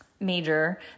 Major